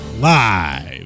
live